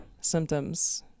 symptoms